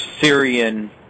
Syrian